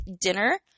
dinner